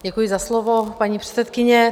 Děkuji za slovo, paní předsedkyně.